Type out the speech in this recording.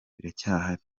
biracyahari